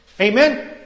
Amen